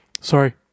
sorry